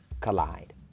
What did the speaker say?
collide